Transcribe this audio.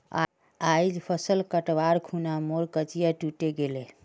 आइज फसल कटवार खूना मोर कचिया टूटे गेले